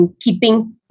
keeping